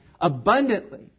abundantly